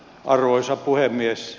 arvoisa puhemies